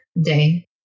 day